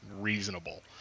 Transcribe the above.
reasonable